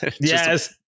Yes